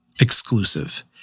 exclusive